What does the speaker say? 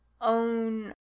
own